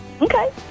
Okay